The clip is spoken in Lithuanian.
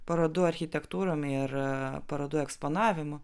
parodų architektūrom ir parodų eksponavimu